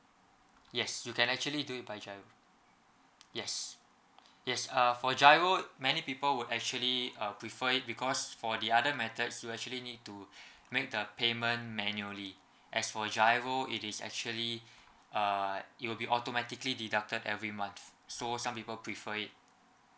yes you can actually do it by giro yes yes uh for giro many people would actually uh prefer it because for the other methods you actually need to make the payment manually as for giro it is actually uh it will be automatically deducted every month so some people prefer it